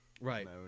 Right